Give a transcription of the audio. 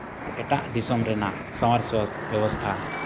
ᱮᱴᱟᱜ ᱫᱤᱥᱚᱢ ᱨᱮᱱᱟᱜ ᱥᱟᱶᱟᱨ ᱵᱮᱵᱚᱥᱛᱷᱟ